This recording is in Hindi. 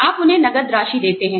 आप उन्हें नगद राशि देते हैं